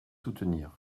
soutenir